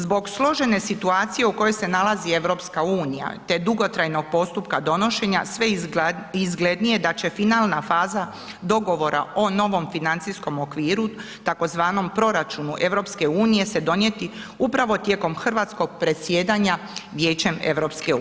Zbog složene situacije u kojoj se nalazi EU, te dugotrajnog postupka donošenja, sve je izglednije da će finalna faza dogovora o novom financijskom okviru tzv. proračunu EU se donijeti upravo tijekom hrvatskog predsjedanja Vijećem EU.